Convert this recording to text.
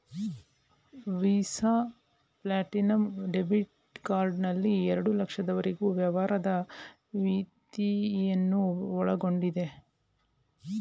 visa platinum debit card ನಲ್ಲಿ ಎರಡು ಲಕ್ಷದವರೆಗೆ ವ್ಯವಹಾರದ ಮಿತಿಯನ್ನು ಒಳಗೊಂಡಿದೆ